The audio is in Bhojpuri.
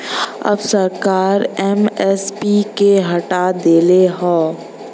अब सरकार एम.एस.पी के हटा देले हौ